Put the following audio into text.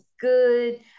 good